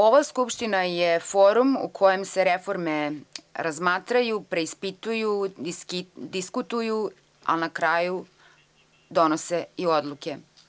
Ova skupština je forum u kojem se reforme razmatraju, preispituju, diskutuju, ali na kraju donose i odluke.